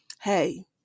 hey